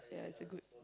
so yeah it's a good